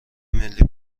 ملی